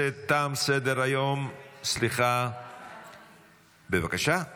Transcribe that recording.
עשרה בעד, אין מתנגדים, אין נמנעים.